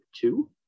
two